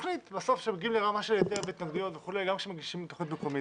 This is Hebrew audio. בסוף מגיעים לרמה של היתר ותבניות וכו' גם כשמגישים תוכנית מקומית.